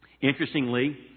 Interestingly